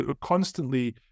constantly